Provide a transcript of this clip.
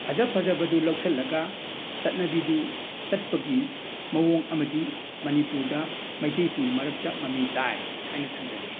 ꯐꯖ ꯐꯖꯕꯗꯨ ꯂꯧꯁꯤꯜꯂꯒ ꯆꯠꯅꯕꯤꯗꯨ ꯆꯠꯄꯒꯤ ꯃꯑꯣꯡ ꯑꯃꯗꯤ ꯃꯅꯤꯄꯨꯔꯗ ꯃꯩꯇꯩꯁꯤꯡꯒꯤ ꯃꯔꯛꯇ ꯃꯃꯤ ꯇꯥꯏ ꯍꯥꯏꯅ ꯊꯝꯖꯒꯦ